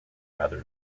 rather